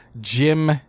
Jim